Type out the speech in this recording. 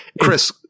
chris